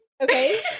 Okay